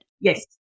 yes